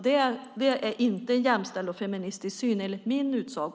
Det är inte en jämställd och feministisk syn enlig min utsago.